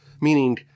Meaning